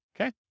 Okay